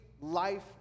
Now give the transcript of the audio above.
life